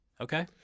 Okay